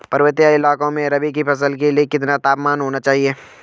पर्वतीय इलाकों में रबी की फसल के लिए कितना तापमान होना चाहिए?